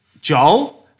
Joel